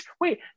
Wait